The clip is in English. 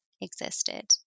existed